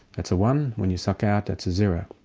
that's a one, when you suck out that's a zero.